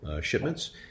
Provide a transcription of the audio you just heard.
shipments